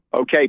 Okay